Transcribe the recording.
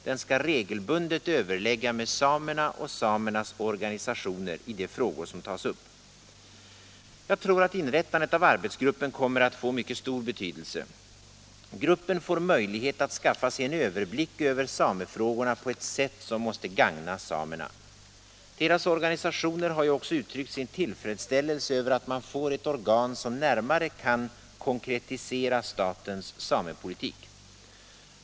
Den skall regelbundet överlägga med samerna och samernas organisationer i de frågor som tas upp. Jag tror att inrättandet av arbetsgruppen kommer att få mycket stor betydelse. Gruppen får möjlighet att skaffa sig en överblick över samefrågorna på ett sätt som måste gagna samerna. Samernas organisationer har ju också uttryckt sin tillfredsställelse över att man får ett organ som närmare kan konkretisera statens samepolitik.